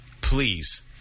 Please